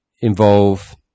involve